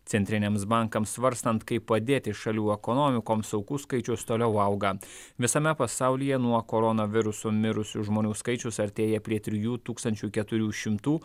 centriniams bankams svarstant kaip padėti šalių ekonomikoms aukų skaičius toliau auga visame pasaulyje nuo koronaviruso mirusių žmonių skaičius artėja prie trijų tūkstančių keturių šimtų